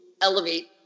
elevate